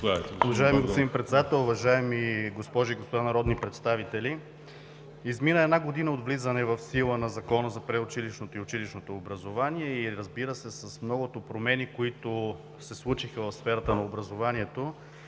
уважаеми госпожи и господа народни представители! Измина една година от влизане в сила на Закона за предучилищното и училищното образование и, разбира се, с многото промени, които се случиха в сферата на образованието,